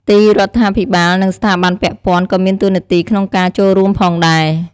ទីរដ្ឋាភិបាល និងស្ថាប័នពាក់ព័ន្ធក៏មានតួនាទីក្នុងការចូលរួមផងដែរ។